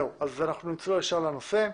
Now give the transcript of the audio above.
זהו, אז אנחנו נצלול ישר לנושא.